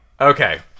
Okay